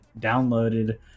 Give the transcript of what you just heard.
downloaded